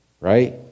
Right